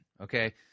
okay